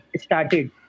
started